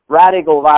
radical